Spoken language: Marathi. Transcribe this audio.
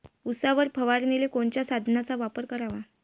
उसावर फवारनीले कोनच्या साधनाचा वापर कराव?